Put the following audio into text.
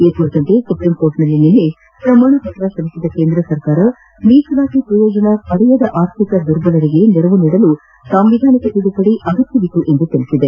ಈ ಕುರಿತು ಸುಪ್ರೀಂ ಕೋರ್ಟ್ನಲ್ಲಿ ನಿನ್ನೆ ಪ್ರಮಾಣಪತ್ರ ಸಲ್ಲಿಸಿದ ಕೇಂದ್ರ ಸರ್ಕಾರ ಮೀಸಲಾತಿ ಪ್ರಯೋಜನ ಪಡೆಯದ ಆರ್ಥಿಕ ದುರ್ಬಲರಿಗೆ ನೆರವು ನೀಡಲು ಸಾಂವಿಧಾನಿಕ ತಿದ್ದುಪದಿ ಅಗತ್ಯವಿತ್ತು ಎಂದು ತಿಳಿಸಿದೆ